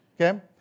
okay